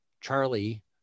Charlie